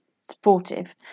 supportive